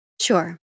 Sure